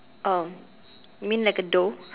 oh you mean like a dough